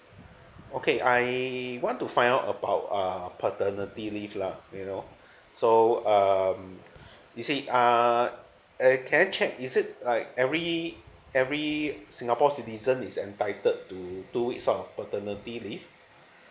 okay I want to find out about uh paternity leave lah you know so um you see ah eh can I check is it like every every singapore citizen is entitled to two weeks sort of paternity leave